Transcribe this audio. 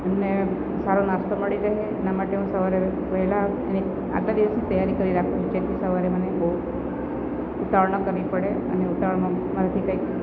એમને સારો નાસ્તો મળી રહે એના માટે હું સવારે વહેલા ઊઠીને આગલા દિવસની તૈયારી કરી રાખું જેથી સવારે મને બહુ ઉતાવળ ન કરવી પડે અને ઉતાવળમાં મારાથી કંઈક